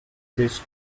this